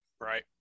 Right